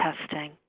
testing